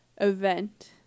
event